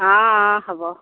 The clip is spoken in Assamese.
অঁ অঁ হ'ব